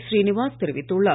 ஸ்ரீனிவாஸ் தெரிவித்துள்ளார்